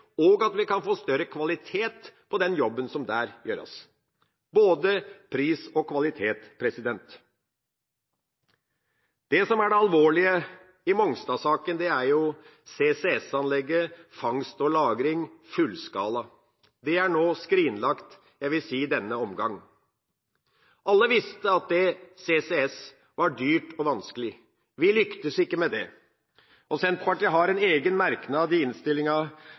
og at vi kan få større kvalitet på den jobben som der gjøres – både pris og kvalitet. Det som er det alvorlige i Mongstad-saken, er CCS-anlegget, fangst og lagring fullskala. Det er nå skrinlagt – jeg vil si i denne omgang. Alle visste at CCS var dyrt og vanskelig. Vi lyktes ikke med det. Senterpartiet har en egen merknad i innstillinga,